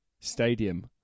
stadium